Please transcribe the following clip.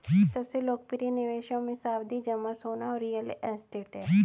सबसे लोकप्रिय निवेशों मे, सावधि जमा, सोना और रियल एस्टेट है